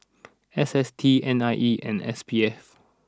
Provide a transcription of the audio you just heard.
S S T N I E and S P F